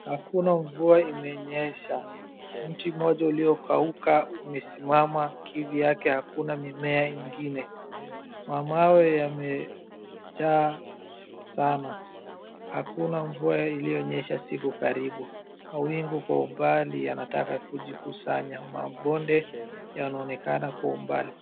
Hakuna mvua imenyesha, mti mmoja uliokauka umesimama kivyake hakuna mimea ingine. Mamawe yamejaa sana, hakuna mvua iliyonyesha siku karibu, mawingu kwa umbali yanataka kujikusanya, mabonde yanonekana kwa umbali.